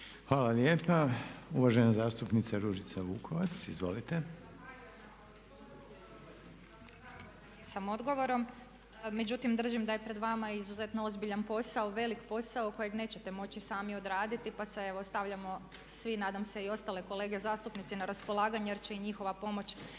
Hvala Vam lijepa. Uvažena zastupnica Ružica Vukovac. Izvolite. **Vukovac, Ružica (MOST)** Međutim, držim da je pred vama izuzetno ozbiljan posao, velik posao kojeg nećete moći sami odraditi pa se evo stavljamo svi, nadam se i ostale kolege zastupnici, na raspolaganje jer će i njihova pomoć